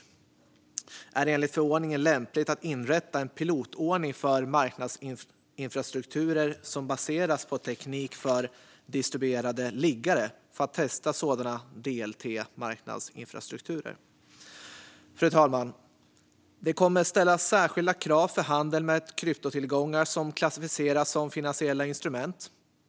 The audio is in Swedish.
Därför är det enligt förordningen lämpligt att inrätta en pilotordning för marknadsinfrastrukturer som baseras på teknik för distribuerade liggare för att testa sådana DLT-marknadsinfrastrukturer. Fru talman! Det kommer att ställas särskilda krav på handel med kryptotillgångar som klassificeras som finansiella instrument.